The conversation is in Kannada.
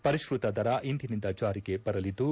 ಪರಿಷ್ಠತ ದರ ಇಂದಿನಿಂದ ಜಾರಿಗೆ ಬರಲಿದ್ದು